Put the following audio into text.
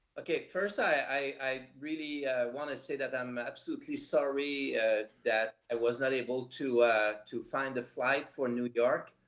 okay, first i i really want to say that i'm absolutely sorry that i was not able to to find a flight for new york.